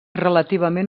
relativament